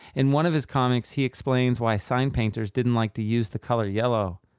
in one of his comics, he explains why sign painters didn't like to use the color yellow.